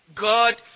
God